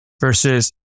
versus